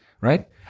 right